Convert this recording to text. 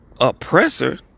oppressor